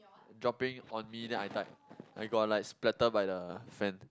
dropping on me then I died I got like splattered by the fan